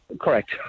Correct